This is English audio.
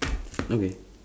okay